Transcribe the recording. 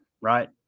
right